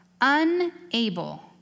unable